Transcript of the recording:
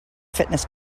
fitness